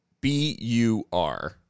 B-U-R